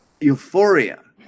euphoria